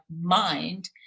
mind